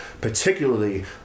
particularly